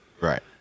Right